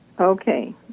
Okay